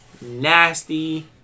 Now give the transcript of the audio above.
nasty